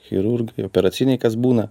chirurgui operacinėj kas būna